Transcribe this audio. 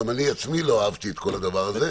גם אני עצמי לא אהבתי את כל הדבר הזה.